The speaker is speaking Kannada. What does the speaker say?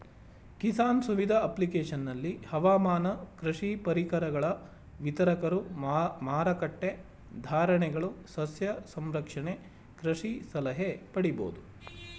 ಕಿಸಾನ್ ಸುವಿಧ ಅಪ್ಲಿಕೇಶನಲ್ಲಿ ಹವಾಮಾನ ಕೃಷಿ ಪರಿಕರಗಳ ವಿತರಕರು ಮಾರಕಟ್ಟೆ ಧಾರಣೆಗಳು ಸಸ್ಯ ಸಂರಕ್ಷಣೆ ಕೃಷಿ ಸಲಹೆ ಪಡಿಬೋದು